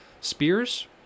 spears